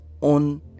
on